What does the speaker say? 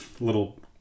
Little